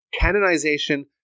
canonization